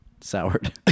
soured